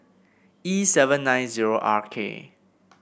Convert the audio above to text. E seven nine zero R K